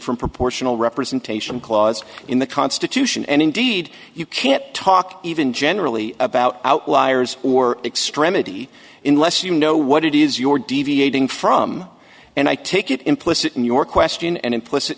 from proportional representation clause in the constitution and indeed you can't talk even generally about outliers or extremity in less you know what it is your deviating from and i take it implicit in your question and implicit